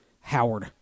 Howard